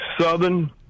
Southern